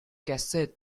cassette